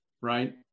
right